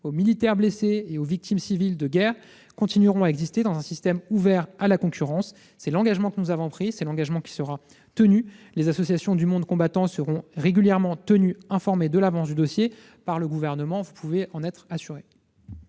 aux militaires blessés et aux victimes civiles de guerre, continueront à exister dans un système ouvert à la concurrence. C'est l'engagement que nous avons pris, et cet engagement sera tenu. Les associations du monde combattant seront régulièrement informées de l'avancée du dossier par le Gouvernement : vous pouvez en être assuré.